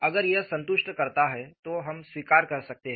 अगर यह संतुष्ट करता है तो हम स्वीकार कर सकते हैं